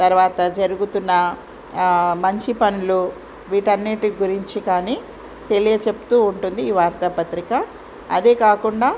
తర్వాత జరుగుతున్న మంచి పనులు వీటన్నిటి గురించి కానీ తెలియచెప్తూ ఉంటుంది ఈ వార్తాపత్రిక అదేకాకుండా